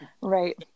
Right